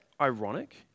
ironic